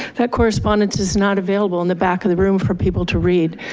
that correspondence is not available in the back of the room for people to read,